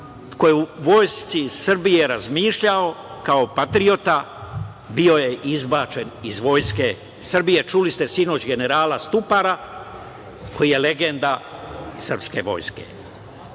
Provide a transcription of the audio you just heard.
ko je u Vojsci Srbije razmišljao kao patriota bio je izbačen iz Vojske Srbije. Čuli ste sinoć generala Stupara, koji je legenda srpske vojske.